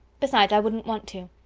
besides i wouldn't want to.